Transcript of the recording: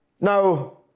Now